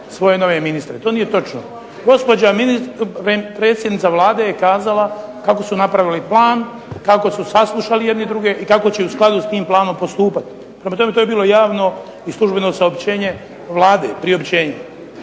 svoje nove ministre. To nije točno. Gospođa premijerka je kazala kako su napravili plan, kako su saslušali jedni druge i kako će u skladu s tim planom postupati. Prema tome, to je bilo javno i službeno priopćenje Vlade.